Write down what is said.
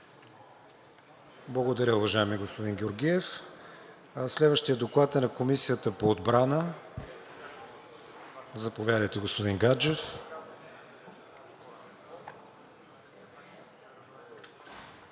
Благодаря, уважаеми господин Георгиев. Следващият доклад е на Комисията по отбрана. Заповядайте, господин Гаджев.